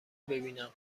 ببینم